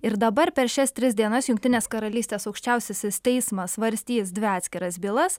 ir dabar per šias tris dienas jungtinės karalystės aukščiausiasis teismas svarstys dvi atskiras bylas